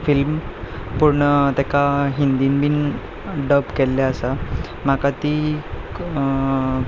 film पूण तेका हिंदीन बी डब केल्लें आसा म्हाका ती